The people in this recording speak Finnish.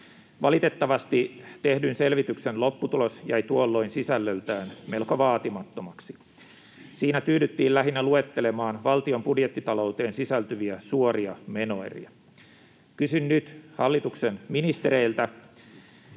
Valitettavasti tehdyn selvityksen lopputulos jäi tuolloin sisällöltään melko vaatimattomaksi. Siinä tyydyttiin lähinnä luettelemaan valtion budjettitalouteen sisältyviä suoria menoeriä. Kysyn nyt hallituksen ministereiltä: